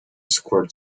squirt